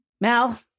Mal